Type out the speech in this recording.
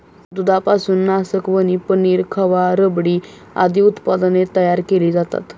दुधापासून नासकवणी, पनीर, खवा, रबडी आदी उत्पादने तयार केली जातात